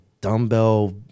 dumbbell